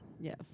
Yes